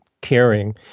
caring